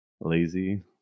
Lazy